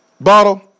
bottle